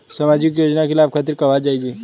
सामाजिक योजना के लाभ खातिर कहवा जाई जा?